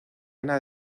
ana